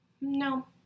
No